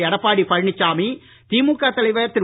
எடப்பாடி பழனிசாமி திமுக தலைவர் திரு